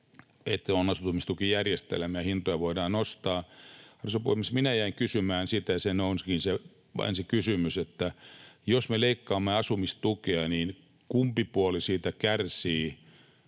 että on asumistukijärjestelmiä, ja hintoja voidaan nostaa. Arvoisa puhemies, minä jäin kysymään sitä, nousikin vain se kysymys, että jos me leikkaamme asumistukea, niin kumpi puoli siitä kärsii